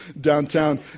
downtown